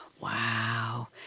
Wow